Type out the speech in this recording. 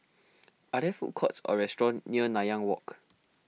are there food courts or restaurants near Nanyang Walk